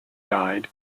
died